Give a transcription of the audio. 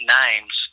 names